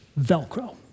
Velcro